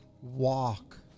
Walk